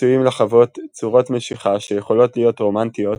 עשויים לחוות צורות משיכה שיכולות להיות רומנטיות,